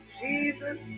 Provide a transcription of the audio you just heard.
jesus